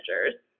managers